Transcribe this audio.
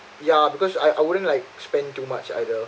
ya because I I wouldn't like spend too much either